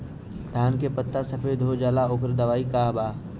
धान के पत्ता सफेद हो जाला ओकर दवाई का बा?